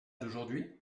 d’aujourd’hui